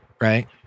Right